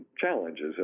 challenges